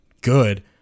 good